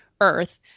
Earth